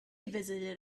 visited